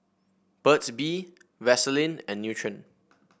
Burt's Bee Vaselin and Nutren